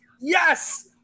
Yes